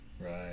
Right